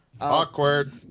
awkward